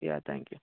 yeah thank you